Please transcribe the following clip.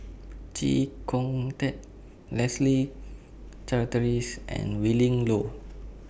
Chee Kong Tet Leslie Charteris and Willin Low